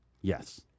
Yes